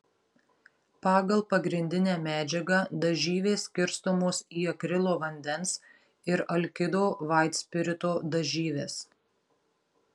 pagal pagrindinę medžiagą dažyvės skirstomos į akrilo vandens ir alkido vaitspirito dažyves